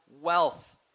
wealth